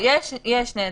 לא, יש שני דברים.